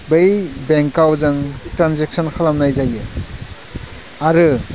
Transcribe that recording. बै बेंकआव जों ट्रान्जेकसन खालामनाय जायो आरो